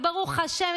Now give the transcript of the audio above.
וברוך השם,